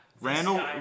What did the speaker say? Randall